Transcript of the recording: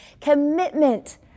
commitment